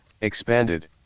Expanded